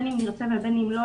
בין אם נרצה ובין אם לא,